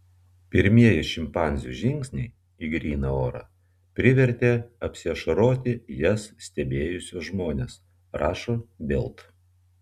pirmieji šimpanzių žingsniai į gryną orą privertė apsiašaroti jas stebėjusius žmones rašo bild